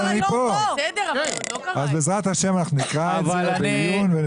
אז בעזרת ה' אנחנו נקרא את זה בעיון.